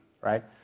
right